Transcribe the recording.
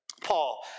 Paul